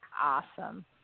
Awesome